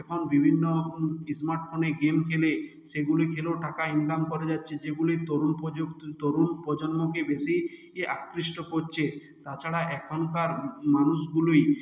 এখন বিভিন্ন স্মার্ট ফোনে গেম খেলে সেগুলি খেলেও টাকা ইনকাম করা যাচ্ছে যেগুলি তরুণ প্রযুক্তি তরুন প্রজন্মকে বেশি ই আকৃষ্ট করছে তাছাড়া এখনকার মানুষগুলি